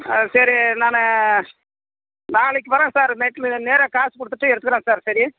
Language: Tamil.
ஆ சரி நான் நாளைக்கு வர்றேன் சார் நேராக காசு கொடுத்துட்டு எடுத்துக்கிறேன் சார் செடி